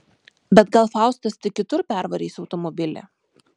bet gal faustas tik kitur pervarys automobilį